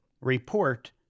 report